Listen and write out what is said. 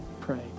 pray